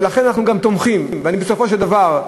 ולכן בסופו של דבר,